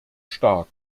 stark